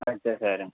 আচ্ছা স্যার